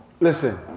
Listen